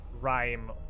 rhyme